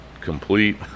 complete